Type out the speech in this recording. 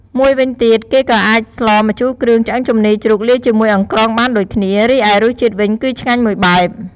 មួយវិញទៀត គេក៏អាចស្លម្ជូរគ្រឿងឆ្អឹងជំនីជ្រូកលាយជាមួយអង្រ្កងបានដូចគ្នា រីឯរសជាតិវិញគឺឆ្ងាញ់មួយបែប។